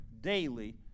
daily